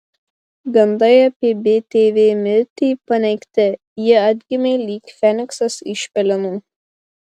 gandai apie btv mirtį paneigti ji atgimė lyg feniksas iš pelenų